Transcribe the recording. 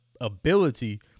ability